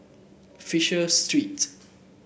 Fisher Street